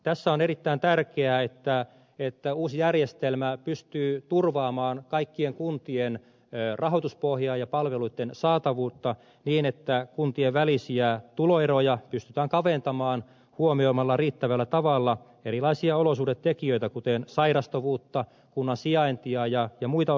tässä on erittäin tärkeää että uusi järjestelmä pystyy turvaamaan kaikkien kuntien rahoituspohjaa ja palveluitten saatavuutta niin että kuntien välisiä tuloeroja pystytään kaventamaan huomioimalla riittävällä tavalla erilaisia olosuhdetekijöitä kuten sairastavuutta kunnan sijaintia ja muita olosuhdetekijöitä